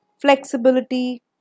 flexibility